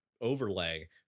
overlay